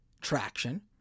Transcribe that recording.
traction